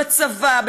בצבא,